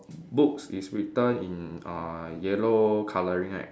books is written in uh yellow colouring right